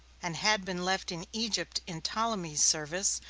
and had been left in egypt, in ptolemy's service,